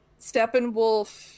Steppenwolf